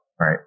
Right